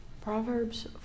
Proverbs